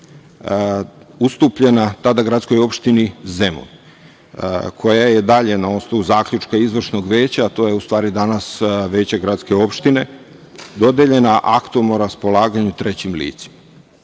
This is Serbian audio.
ustupljena tada gradskoj opštini Zemun, koja je dalje na osnovu zaključka izvršnog veća, to je u stvari danas veća gradske opštine dodeljena aktom na raspolaganje trećim licima,